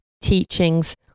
teachings